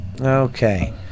Okay